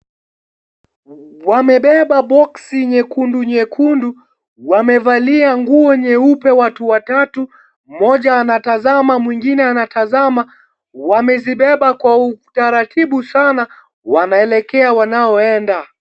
Wamebeba boksi nyekundu nyekundu. Wamevalia nguo nyeupe watu watatu. Mmoja antazama, mwengine anatazama. Wamezibeba kwa utaratibu sana. Wanaelekea wanaoenda.